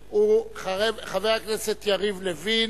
חבר הכנסת יריב לוין,